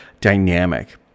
dynamic